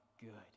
good